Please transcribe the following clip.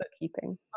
bookkeeping